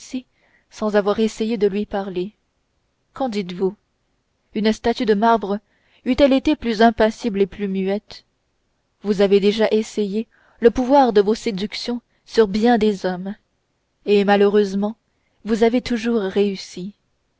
sans avoir essayé de le faire parler qu'en ditesvous une statue de marbre eût-elle été plus impassible et plus muette vous avez déjà essayé le pouvoir de vos séductions sur bien des hommes et malheureusement vous avez toujours réussi